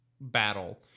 battle